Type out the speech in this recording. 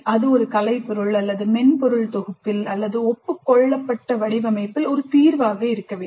இது ஒரு கலைப்பொருள் அல்லது மென்பொருள் தொகுப்பில் அல்லது ஒப்புக் கொள்ளப்பட்ட வடிவமைப்பில் ஒரு தீர்வாக இருக்க வேண்டும்